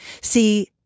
See